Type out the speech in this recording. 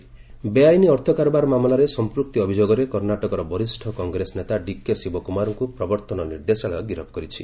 ED Shivakumar ବେଆଇନ ଅର୍ଥ କାରବାର ମାମଲାରେ ସଂପୃକ୍ତି ଅଭିଯୋଗରେ କର୍ଣ୍ଣାଟକର ବରିଷ୍ଣ କଂଗ୍ରେସ ନେତା ଡିକେ ଶିବକୁମାରଙ୍କୁ ପ୍ରବର୍ତ୍ତନ ନିର୍ଦ୍ଦେଶାଳୟ ଗିରଫ କରିଛି